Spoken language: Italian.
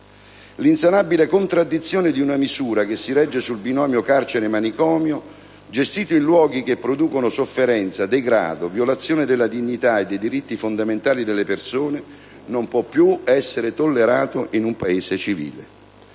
L'insanabile contraddizione di una misura che si regge sul binomio carcere-manicomio gestita in luoghi che producono sofferenza, degrado, violazione della dignità e dei diritti fondamentali delle persone non può più essere tollerata in un Paese civile.